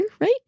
right